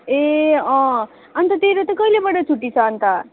ए अँ अन्त तेरो चाहिँ कहिलेबाट छुट्टि छ अन्त